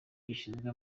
gishinzwe